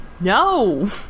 No